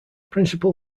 principal